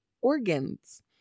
organs